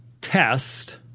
test